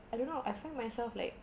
I don't know I find myself like